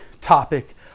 topic